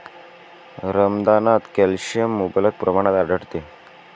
रमदानात कॅल्शियम मुबलक प्रमाणात आढळते